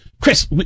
Chris